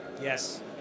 Yes